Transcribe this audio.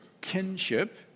kinship